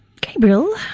Gabriel